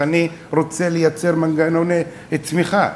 איך אני רוצה לייצר מנגנוני צמיחה.